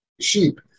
sheep